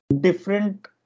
different